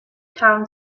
town